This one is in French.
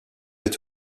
est